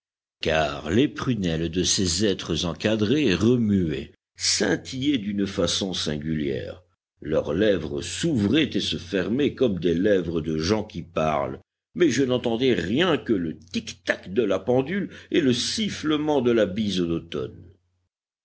car les prunelles de ces êtres encadrés remuaient scintillaient d'une façon singulière leurs lèvres s'ouvraient et se fermaient comme des lèvres de gens qui parlent mais je n'entendais rien que le tic-tac de la pendule et le sifflement de la bise d'automne